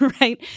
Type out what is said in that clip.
right